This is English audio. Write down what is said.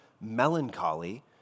melancholy